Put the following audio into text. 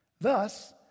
Thus